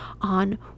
on